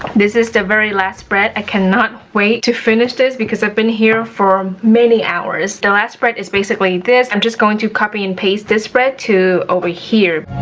this is the very last spread. i cannot wait to finish this because i've been here for many hours. the last spread is basically this. i'm just going to copy and paste this spread to over here.